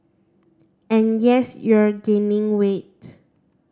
and yes you're gaining weight